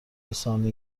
رسانه